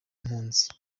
impunzi